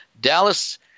Dallas